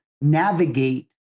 navigate